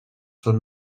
són